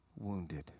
wounded